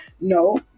No